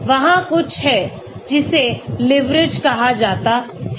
वहाँ कुछ है जिसे लिवरेज कहा जाता है